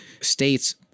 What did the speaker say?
states